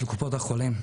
של קופות החולים.